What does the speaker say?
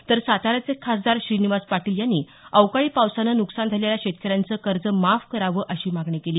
तर साताऱ्याचे खासदार श्रीनिवास पाटील यांनी अवकाळी पावसानं नुकसान झालेल्या शेतकऱ्यांचं कर्ज माफ करावं अशी मागणी केली